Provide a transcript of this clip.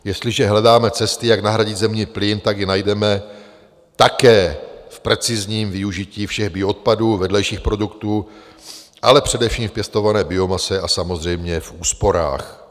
Jestliže hledáme cesty, jak nahradit zemní plyn, tak je najdeme také v precizním využití všech bioodpadů, vedlejších produktů, ale především v pěstované biomase a samozřejmě v úsporách.